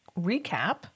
recap